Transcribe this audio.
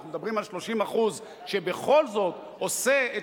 אנחנו מדברים על 30% שבכל זאת עושה את